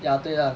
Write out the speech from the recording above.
ya 对 lah